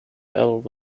harold